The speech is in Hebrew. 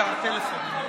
יש